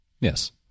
Yes